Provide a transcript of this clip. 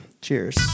Cheers